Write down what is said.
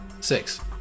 Six